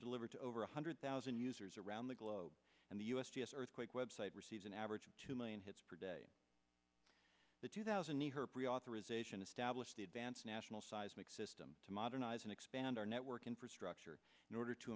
delivered to over one hundred thousand users or around the globe and the u s g s earthquake web site receives an average of two million hits per day the two thousand need her pre authorization establish the advance national seismic system to modernize and expand our network infrastructure in order to